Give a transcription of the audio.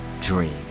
dream